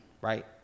Right